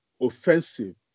offensive